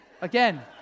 Again